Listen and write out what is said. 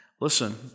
listen